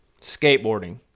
Skateboarding